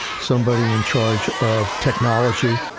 somebody in charge of technology,